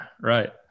right